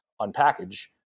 Unpackage